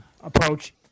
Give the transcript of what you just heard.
approach